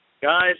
Guys